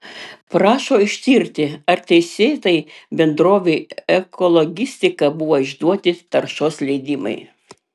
prašo ištirti ar teisėtai bendrovei ekologistika buvo išduoti taršos leidimai